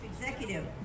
executive